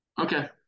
okay